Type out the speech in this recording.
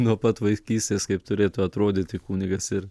nuo pat vaikystės kaip turėtų atrodyti kunigas ir